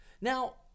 Now